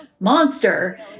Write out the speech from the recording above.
monster